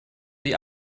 die